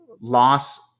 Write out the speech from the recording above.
loss